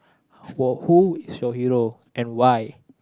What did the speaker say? well who is your hero and why